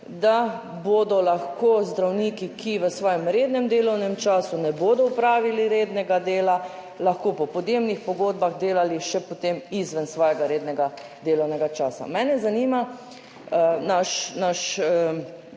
da bodo lahko zdravniki, ki v svojem rednem delovnem času ne bodo opravili rednega dela, po podjemnih pogodbah delali potem še izven svojega rednega delovnega časa. Naš amandma